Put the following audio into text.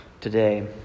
today